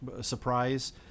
surprise